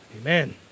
Amen